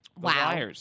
Wow